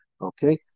Okay